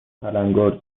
تلنگور